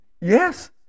Yes